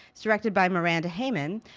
it's directed by miranda haymon.